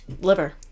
liver